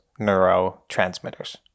neurotransmitters